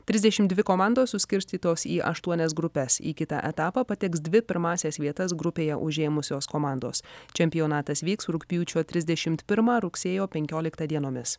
trisdešim dvi komandos suskirstytos į aštuonias grupes į kitą etapą pateks dvi pirmąsias vietas grupėje užėmusios komandos čempionatas vyks rugpjūčio trisdešim pirmą rugsėjo penkioliktą dienomis